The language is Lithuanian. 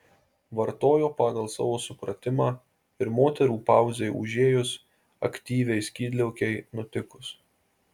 vartojo pagal savo supratimą ir moterų pauzei užėjus aktyviai skydliaukei nutikus